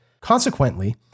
Consequently